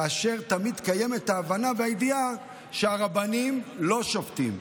כאשר תמיד קיימת ההבנה והידיעה שהרבנים לא שובתים,